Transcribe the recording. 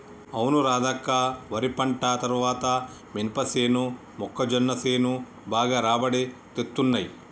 అవును రాధక్క వరి పంట తర్వాత మినపసేను మొక్కజొన్న సేను బాగా రాబడి తేత్తున్నయ్